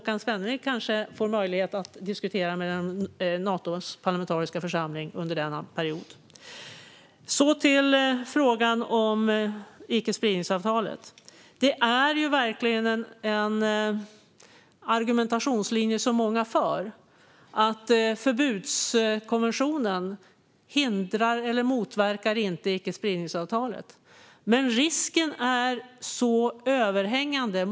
Kanske får även Håkan Svenneling möjlighet att diskutera med Natos parlamentariska församling under denna period. Jag går vidare till frågan om icke-spridningsavtalet. En argumentationslinje som många för är att förbudskonventionen inte hindrar eller motverkar icke-spridningsavtalet. Men risken är överhängande.